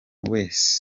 wese